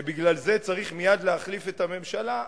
שבגלל זה צריך מייד צריך להחליף את הממשלה,